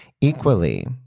equally